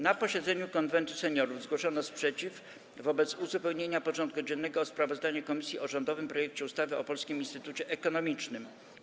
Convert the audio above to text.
Na posiedzeniu Konwentu Seniorów zgłoszono sprzeciw wobec uzupełnienia porządku dziennego o sprawozdanie komisji o rządowym projekcie ustawy o Polskim Instytucie Ekonomicznym.